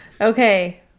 Okay